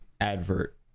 advert